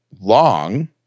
long